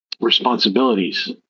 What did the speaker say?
responsibilities